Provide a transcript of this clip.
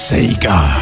Sega